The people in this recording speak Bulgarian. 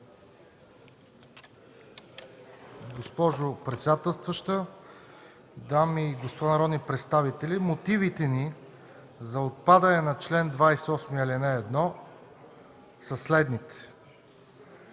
Госпожо председателстваща, дами и господа народни представители! Мотивите ми за отпадане на чл. 28, ал. 1 са следните.